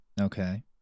okay